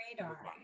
radar